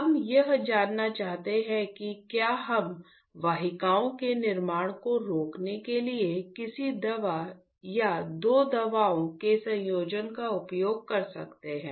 हम यह जानना चाहते हैं कि क्या हम वाहिकाओं के निर्माण को रोकने के लिए किसी दवा या दो दवाओं के संयोजन का उपयोग कर सकते हैं